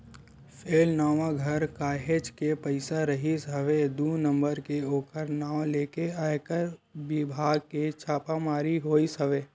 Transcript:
फेलनवा घर काहेच के पइसा रिहिस हवय दू नंबर के ओखर नांव लेके आयकर बिभाग के छापामारी होइस हवय